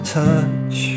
touch